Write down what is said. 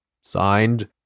Signed